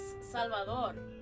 Salvador